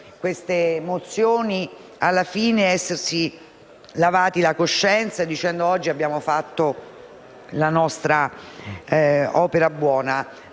queste mozioni, pensare di esserci lavati la coscienza, dicendo: «Oggi abbiamo fatto la nostra opera buona»;